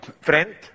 friend